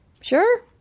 Sure